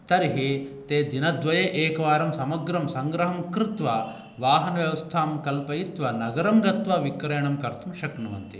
तर्हि ते दिनद्वये एकवारं समग्रं संग्रहं कृत्वा वाहनव्यवस्थां कल्पयित्वा नगरं गत्वा विक्रयणं कर्तुं शक्नुवन्ति